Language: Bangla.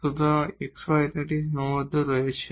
সুতরাং x y তে একটি সীমাবদ্ধতা রয়েছে